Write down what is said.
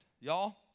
y'all